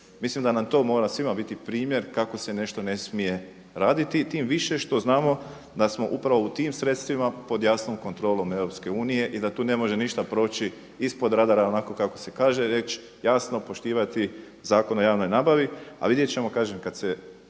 Mislim da nam to mora svima biti primjer kako se nešto ne smije raditi i tim više što znamo da smo upravo u tim sredstvima pod jasnom kontrolom Europske unije i da tu ne može ništa proći „ispod radara“ onako kako se kaže, reći, jasno poštivati Zakon o javnoj nabavi, a vidjet ćemo, kažem kada se